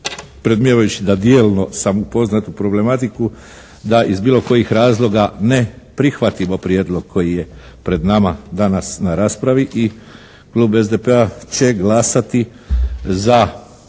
predmnijevajući da djelom sam upoznat u problematiku da iz bilo kojih razloga ne prihvatimo prijedlog koji je pred nama danas na raspravi. I klub SDP-a će glasati za